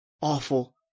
awful